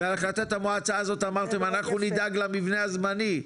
והחלטת המועצה הזאת אמרתם אנחנו נדאג למבנה הזמני.